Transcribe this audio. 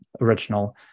original